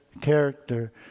character